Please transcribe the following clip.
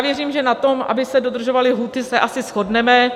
Věřím, že na tom, aby se dodržovaly lhůty, se asi shodneme.